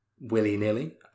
willy-nilly